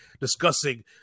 discussing